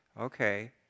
Okay